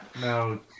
no